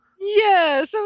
Yes